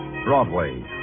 Broadway